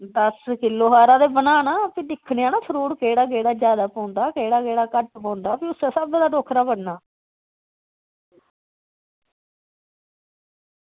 दस्स किलो हारा ते बनाना भी दिक्खने आं निं फ्रूट केह्ड़ा केह्ड़ा बनाना केह्ड़ा पौंदा केह्ड़ा घट्ट पौंदा भी उस्सै स्हाबै दा टोकरा बनदा